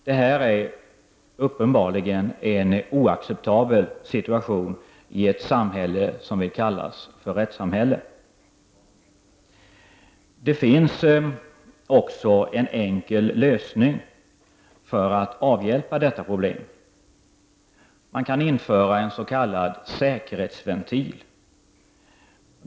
Det är uppenbarligen en oacceptabel situation i ett rättssamhälle. Det finns en enkel lösning som kan avhjälpa detta problem. Man kan införa en s.k. säkerhetsventil.